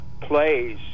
plays